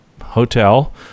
hotel